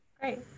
Great